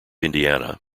indiana